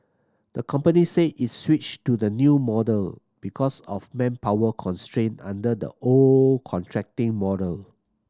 the company said it's switched to the new model because of manpower constraint under the old contracting model